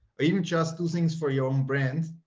or even just do things for your own brand.